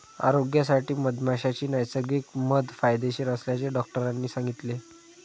आरोग्यासाठी मधमाशीचे नैसर्गिक मध फायदेशीर असल्याचे डॉक्टरांनी सांगितले